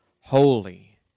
Holy